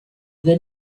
they